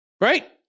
Right